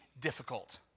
difficult